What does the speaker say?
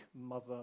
mother